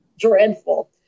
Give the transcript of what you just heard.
dreadful